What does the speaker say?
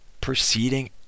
proceeding